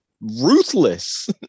ruthless